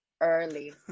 early